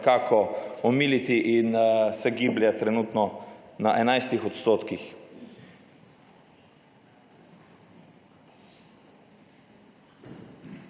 nekako omiliti in se giblje trenutno na 11 odstotkih.